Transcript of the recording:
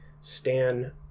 Stan